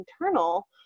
internal